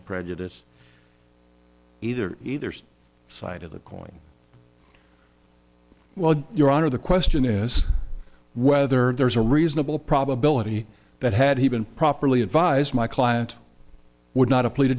prejudice either either side of the coin well your honor the question is whether there's a reasonable probability that had he been properly advised my client would not a pleaded